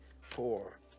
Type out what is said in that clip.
four